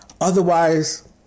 Otherwise